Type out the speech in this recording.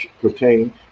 pertain